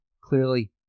Clearly